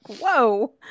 whoa